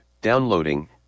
Downloading